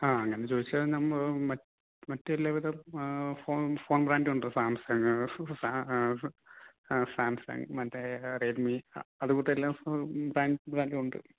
ആ അങ്ങനെ ചോദിച്ചാൽ മറ്റെല്ലാവിധ ഫോൺസ് ഫോൺ ബ്രാൻഡും ഉണ്ട് സാംസങ് സാ സാംസങ് മറ്റേ റെഡ്മി അതുപോലത്തെ എല്ലാ ഫോണും ഫാൻസി ബ്രാൻഡും ഉണ്ട്